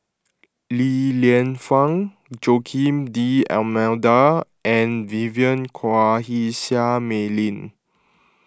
Li Lienfung Joaquim D'Almeida and Vivien Quahe Seah Mei Lin